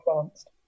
advanced